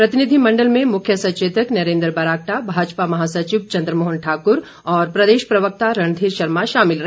प्रतिनिधिमंडल में मुख्य सचेतक नरेन्द्र बरागटा भाजपा महासचिव चंद्र मोहन ठाकुर और प्रदेश प्रवक्ता रणधीर शर्मा शामिल रहे